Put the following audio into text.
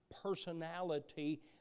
personality